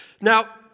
Now